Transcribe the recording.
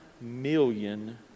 million